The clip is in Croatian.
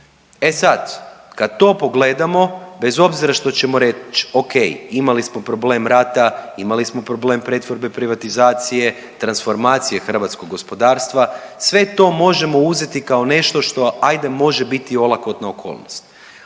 E sad, kad to pogledamo bez obzira što ćemo reći o.k. imali smo problem rata, imali smo problem pretvorbe privatizacije, transformacije hrvatskog gospodarstva sve to možemo uzeti kao nešto što hajde može biti olakotna okolnost.